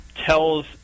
tells